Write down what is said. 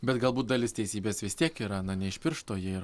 bet galbūt dalis teisybės vis tiek yra na ne iš piršto ji yra